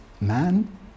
man